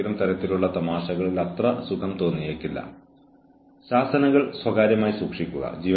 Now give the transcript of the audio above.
ഓർഗനൈസേഷനിലേക്ക് വരുന്നതിൽ അവർക്ക് സുഖം തോന്നുന്നു സത്യസന്ധമായ തെറ്റുകൾ അവരുടെ മുന്നേറ്റത്തിൽ എടുക്കാൻ പോകുന്നുവെന്ന് അവർ മനസ്സിലാക്കുന്നു